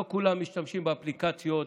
לא כולם משתמשים באפליקציות,